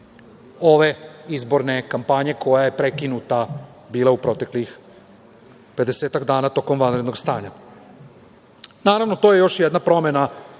ove izborne kampanje koja je prekinuta bila u proteklih pedesetak dana tokom vanrednog stanja. Naravno, to je još jedna promena